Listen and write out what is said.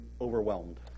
overwhelmed